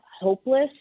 hopeless